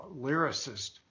lyricist